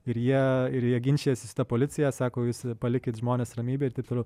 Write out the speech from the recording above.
ir jie ir jie ginčijasi su ta policija sako jūs palikit žmones ramybėje ir taip toliau